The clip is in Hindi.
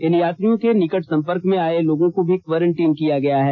इन यात्रियों के निकट संपर्क में आए लोगों को भी क्वारंटीन किया गया है